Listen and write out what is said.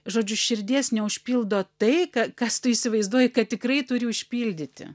žodžiu širdies neužpildo tai ką kas tu įsivaizduoji kad tikrai turi užpildyti